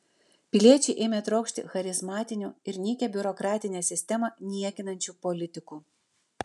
piliečiai ėmė trokšti charizmatinių ir nykią biurokratinę sistemą niekinančių politikų